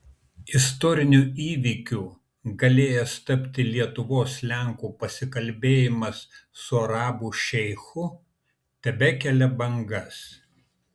istoriniu įvykiu galėjęs tapti lietuvos lenko pasikalbėjimas su arabų šeichu tebekelia bangas